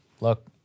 Look